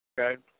Okay